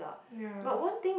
ya